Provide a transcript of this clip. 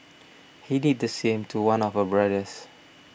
he did the same to one of her brothers